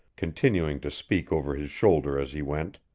continuing to speak over his shoulder as he went,